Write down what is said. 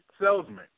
salesman